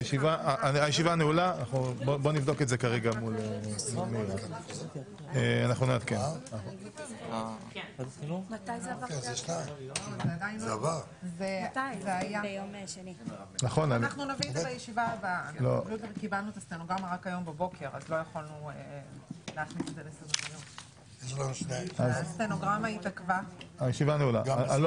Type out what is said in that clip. הישיבה ננעלה בשעה 09:35.